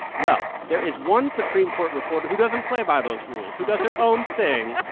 well, there is one supreme court reporter who doesn't play by those rules, who does their own thing.